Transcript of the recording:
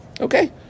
Okay